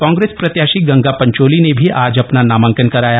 कांग्रेस प्रत्याशी गंगा पंचोली ने भी आज अपना नामांकन कराया